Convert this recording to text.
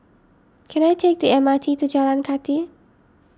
can I take the M R T to Jalan Kathi